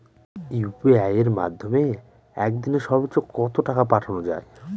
UPI এর মাধ্যমে এক দিনে সর্বচ্চ কত টাকা পাঠানো যায়?